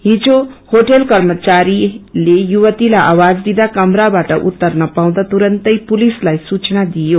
हिजो क्षेटल कर्मचारीहरूले युवतीलाई आवाज दिर्दौ कमराबाट उत्तर नपाउँदा तुरन्तै पुलिसलाई सूचना दियो